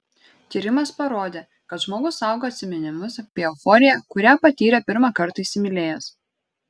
tyrimas parodė kad žmogus saugo atsiminimus apie euforiją kurią patyrė pirmą kartą įsimylėjęs